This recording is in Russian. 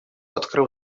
открыл